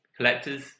Collectors